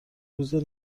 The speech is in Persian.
روز